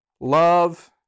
love